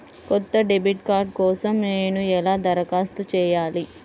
కొత్త debit card కోసం నేను ఎలా దరఖాస్తు చేయాలి?